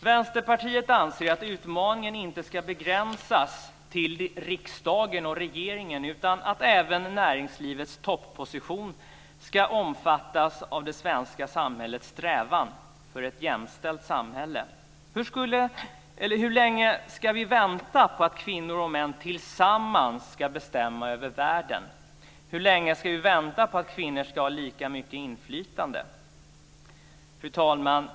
Vänsterpartiet anser att utmaningen inte ska begränsas till riksdagen och regeringen utan att även näringslivets toppositioner ska omfattas av det svenska samhällets strävan för ett jämställt samhälle. Hur länge ska vi vänta på att kvinnor och män tillsammans ska bestämma över världen? Hur länge ska vi vänta på att kvinnor ska ha lika mycket inflytande? Fru talman!